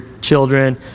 children